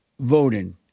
voting